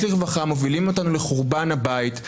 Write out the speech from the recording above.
לרווחה אתם מובילים אותנו לחורבן הבית?